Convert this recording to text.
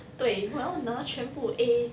对我要拿全部 A